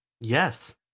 Yes